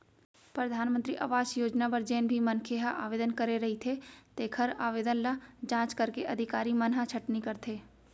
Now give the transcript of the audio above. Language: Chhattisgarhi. परधानमंतरी आवास योजना बर जेन भी मनखे ह आवेदन करे रहिथे तेखर आवेदन ल जांच करके अधिकारी मन ह छटनी करथे